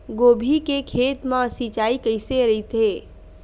गोभी के खेत मा सिंचाई कइसे रहिथे?